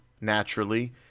naturally